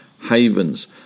havens